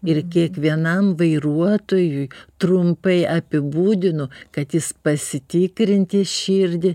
ir kiekvienam vairuotojui trumpai apibūdinu kad jis pasitikrinti širdį